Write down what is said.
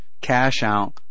cash-out